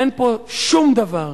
אין פה שום דבר.